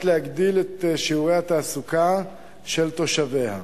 להגדיל את שיעורי התעסוקה של תושביה.